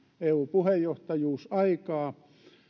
eu puheenjohtajuusaikaa